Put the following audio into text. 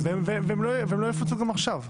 והם לא יפוצו גם עכשיו.